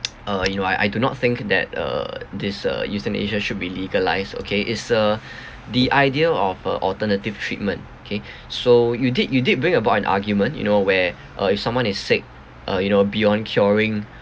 uh you know I I do not think that uh this uh euthanasia should be legalized okay is uh the idea of uh alternative treatment kay so you did you did bring about an argument you know where uh if someone is sick uh you know beyond curing